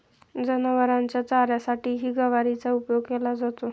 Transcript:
जनावरांच्या चाऱ्यासाठीही गवारीचा उपयोग केला जातो